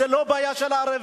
זו לא בעיה של ערבים,